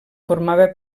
formava